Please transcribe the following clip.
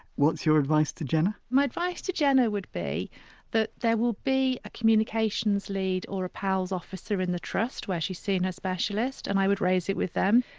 what's your advice to jenna? my advice to jenna would be that there will be a communications lead or a pal's officer in the trust where she's seeing her specialist and i would raise it with them.